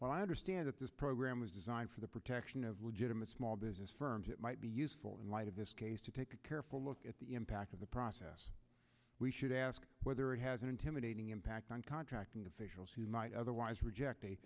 well i understand that this program was designed for the protection of legitimate small business firms it might be useful in light of this case to take a careful look at the impact of the process we should ask whether it has an intimidating impact on contracting officials who might otherwise reject